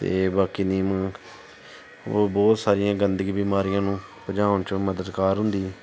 ਅਤੇ ਬਾਕੀ ਨਿੰਮ ਹੋਰ ਬਹੁਤ ਸਾਰੀਆਂ ਗੰਦਗੀ ਬਿਮਾਰੀਆਂ ਨੂੰ ਭਜਾਉਣ 'ਚ ਉਹ ਮਦਦਗਾਰ ਹੁੰਦੀ ਹੈ